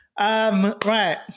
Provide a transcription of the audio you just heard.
Right